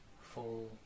full